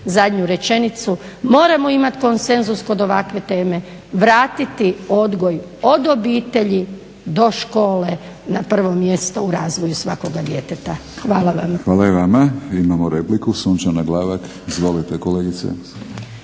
zadnju rečenicu, moramo imati konsenzus kod ovakve teme, vratiti odgoj od obitelji do škole na prvo mjesto u razvoju svakoga djeteta. Hvala vam. **Batinić, Milorad (HNS)** Hvala i vama. Imamo repliku, Sunčana Glavak. Izvolite kolegice!